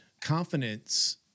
confidence